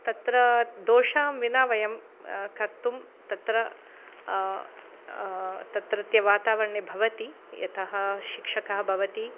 तत्र दोषान् विना वयं कर्तुं तत्र तत्रत्य वातावरणे भवति यतः शिक्षकः भवति